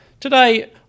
Today